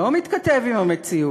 לא מתכתב עם המציאות".